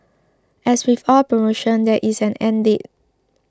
as with all promotions there is an end date